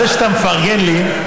זה שאתה מפרגן לי,